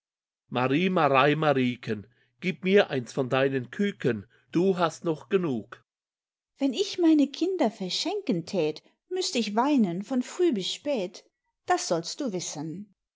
marie marei marieken gib mir eins von deinen küken du hast noch genug wenn ich meine kinder verschenken tät müßt ich weinen von früh bis spät das sollst du wissen